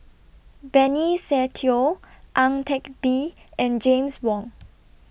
Benny Se Teo Ang Teck Bee and James Wong